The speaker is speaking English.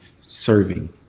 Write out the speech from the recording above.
serving